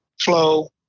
flow